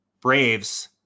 Braves